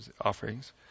offerings